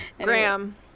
Graham